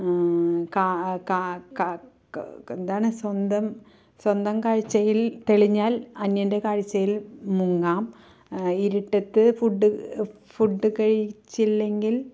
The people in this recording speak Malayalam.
കാ കാ കാ ക് എന്താണ് സ്വന്തം സ്വന്തം കാഴ്ച്ചയിൽ തെളിഞ്ഞാൽ അന്യൻ്റെ കാഴ്ച്ചയിൽ മുങ്ങാം ഇരുട്ടത്ത് ഫുഡ് ഫുഡ് കഴിച്ചില്ലെങ്കിൽ